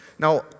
Now